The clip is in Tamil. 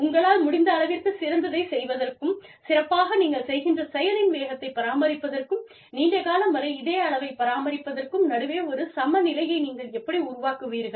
உங்களால் முடிந்தளவிற்குச் சிறந்ததைச் செய்வதற்கும் சிறப்பாக நீங்கள் செய்கின்ற செயலின் வேகத்தைப் பராமரிப்பதற்கும் நீண்ட காலம் வரை இதே அளவை பராமரிப்பதற்கும் நடுவே ஒரு சமநிலையை நீங்கள் எப்படி உருவாக்குவீர்கள்